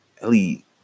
Ellie